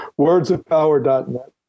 Wordsofpower.net